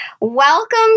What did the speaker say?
welcome